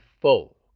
full